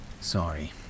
Sorry